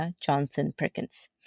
Johnson-Perkins